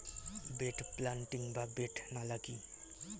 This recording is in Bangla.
বেড প্লান্টিং বা বেড নালা কি?